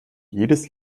jedes